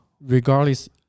regardless